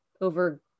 over